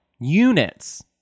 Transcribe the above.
Units